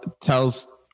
tells